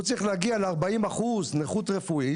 הוא צריך להגיע ל-40% נכות רפואית